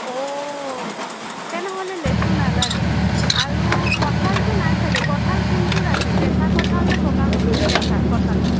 তেনেহ'লে লেচু নালাগে আৰু কঁঠালটো নাই চাগে কঠাল কোনটো ৰাখে কেঁচা কঁঠালনে পকা ক কেঠা কঁঠালটো